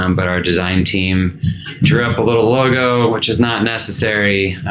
um but our design team drew up a little logo which is not necessary.